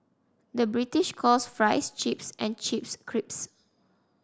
the British calls fries chips and chips crisps